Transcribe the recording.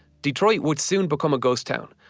detroit would soon become a ghost town.